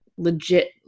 legit